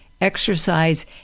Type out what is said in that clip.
Exercise